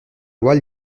loi